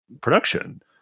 production